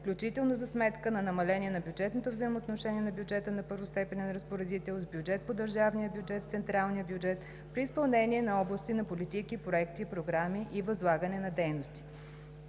включително за сметка на намаление на бюджетното взаимоотношение на бюджета на първостепенен разпоредител с бюджет по държавния бюджет с централния бюджет, при изпълнение на области на политики, проекти, програми и възлагане на дейности.